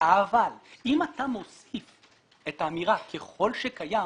אבל אם אתה מוסיף את האמירה ככל שקיים,